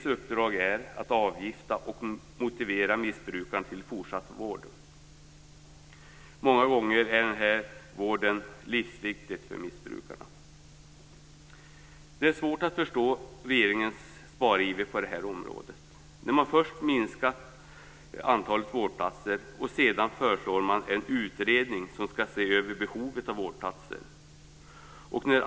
SIS uppgift är att avgifta och motivera missbrukaren till fortsatt vård. Det är svårt att förstå regeringens spariver på det här området, när man först minskar antalet vårdplatser och sedan föreslår en utredning som skall se över behovet av vårdplatser.